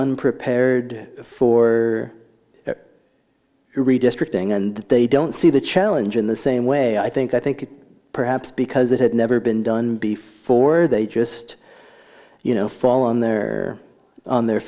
unprepared for redistricting and they don't see the challenge in the same way i think i think perhaps because it had never been done before they just you know fall on their on their